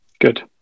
Good